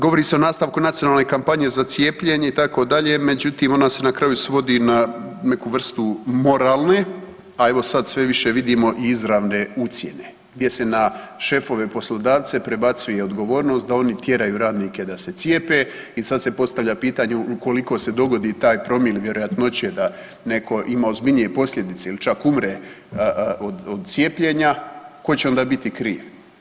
Govori se o nastavku nacionalne kampanje za cijepljenje itd., međutim ona se na kraju svodi na neku vrstu moralne, a evo sad više vidimo i izravne ucjene gdje se na šefove poslodavce prebacuje odgovornost da oni tjeraju radnike da se cijepe i sad se postavlja pitanje, ukoliko se dogodi taj promil vjerojatnoće da neko ima ozbiljnije posljedice ili čak umre od cijepljenja tko će onda biti kriv.